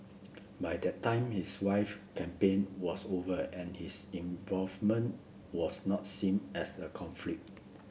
by that time his wife campaign was over and his involvement was not seen as a conflict